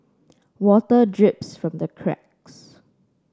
water drips from the cracks